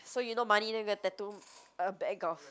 so you no money then you're gonna tattoo a bag of